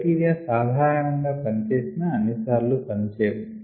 criteria సాధారణంగా పని చేసినా అన్ని సార్లు పనిచేయవు